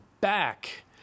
back